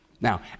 Now